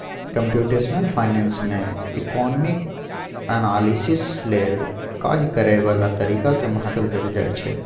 computational finance में economic analysis लेल काज करए बला तरीका के महत्व देल जाइ छइ